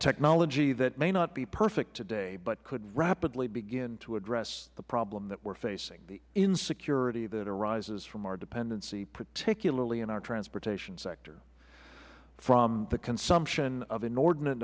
technology that may not be perfect today but could rapidly begin to address the problem that we are facing the insecurity arising from our dependency particularly in our transportation sector from the consumption of inordina